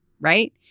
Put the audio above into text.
right